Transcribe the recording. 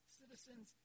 citizens